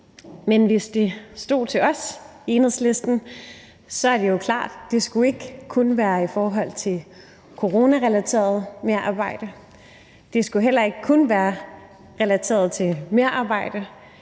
Men hvis det stod til os i Enhedslisten, er det klart, at det ikke kun skulle være i forhold til coronarelateret merarbejde, det skulle heller ikke kun være relateret til merarbejde,